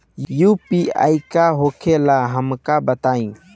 UPI का होखेला हमका बताई?